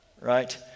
right